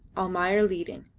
almayer leading.